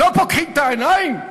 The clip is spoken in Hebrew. לא פוקחים את העיניים?